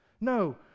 No